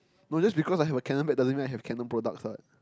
no just because I have a Canon bag doesn't mean I have Canon products what